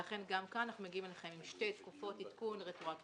ולכן גם כאן אנחנו מגיעים אליכם עם שתי תקופות עדכון רטרואקטיביות